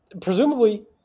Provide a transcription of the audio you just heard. presumably